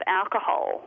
alcohol